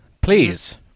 please